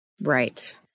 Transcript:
Right